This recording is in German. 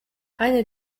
eine